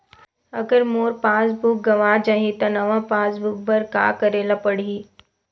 अगर मोर passbook गवां जाहि त नवा पास बुक बर का करे ल पड़हि?